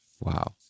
wow